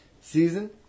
season